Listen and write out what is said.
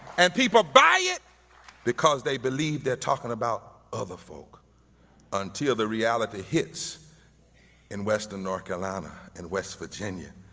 and people buy it because they believe they're talking about other folk until the reality hits in western north carolina, in west virginia,